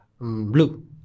Blue